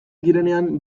direnean